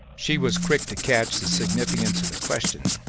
she was quick to catch the significance of the question,